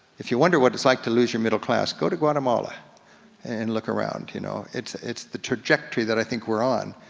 if you wonder what it's like to lose your middle class, go to guatemala and look around. you know it's it's the trajectory that i think we're on.